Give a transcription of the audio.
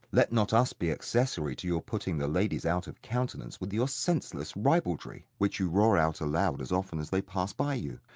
let not us be accessory to your putting the ladies out of countenance with your senseless ribaldry, which you roar out aloud as often as they pass by you,